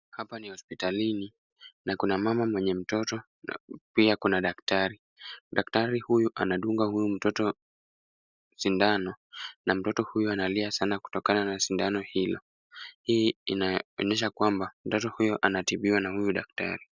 Hapa ni hospitalini na kuna mama mwenye mtoto na pia kuna daktari. Daktari huyu anadunga huyu mtoto sindano na mtoto huyo analia sana kutokana na sindano hilo. Hii inaonyesha kwamba mtoto huyo anatibiwa na huyu daktari.